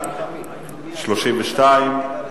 התשס"ט 2009,